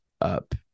up